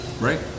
Right